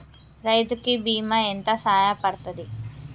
రైతు కి బీమా ఎంత సాయపడ్తది?